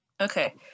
okay